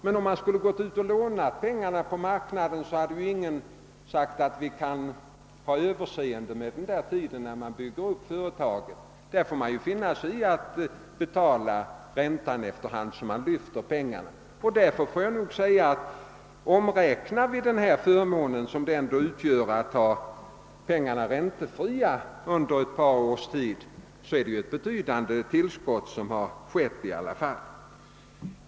Men om pengarna hade lånats på marknaden, skulle lånen inte ha varit räntefria under den tid som åtgår för att bygga upp företagen; man får då finna sig i att betala ränta efter hand som man lyfter pengarna. Om vi omräknar den förmån som det innebär att ha pengarna räntefria under ett par års tid är det ett betydande tillskott som har skett.